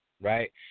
right